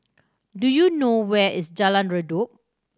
do you know where is Jalan Redop